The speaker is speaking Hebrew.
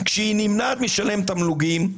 כשהיא נמנעת מלשלם תמלוגים,